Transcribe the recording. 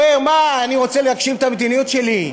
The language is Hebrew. הוא אומר, מה, אני רוצה להגשים את המדיניות שלי,